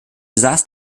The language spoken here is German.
besaß